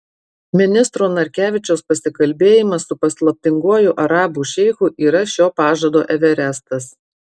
ministro narkevičiaus pasikalbėjimas su paslaptinguoju arabų šeichu yra šio pažado everestas